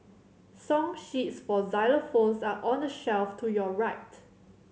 song sheets for xylophones are on the shelf to your right